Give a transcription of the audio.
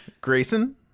Grayson